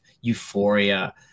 euphoria